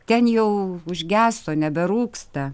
ten jau užgeso neberūksta